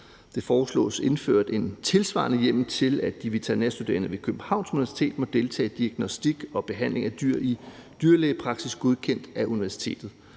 Der foreslås indført en tilsvarende hjemmel til, at de veterinærstuderende ved Københavns Universitet må deltage i diagnostik og behandling af dyr i dyrlægepraksis godkendt af universitetet.